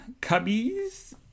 cubbies